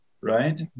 right